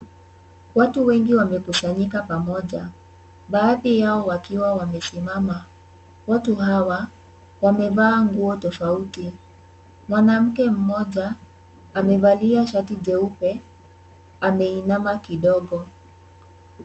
Watu wengi wamekusanyika pamoja baadhi yao wakiwa wamesimama. Watu hawa wamevaa nguo tofauti. Mwanamke mmoja amevalia shati jeupe ameinama kidogo.